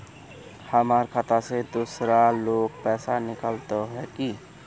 हमर खाता से दूसरा लोग पैसा निकलते है की?